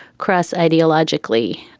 crass, ideologically,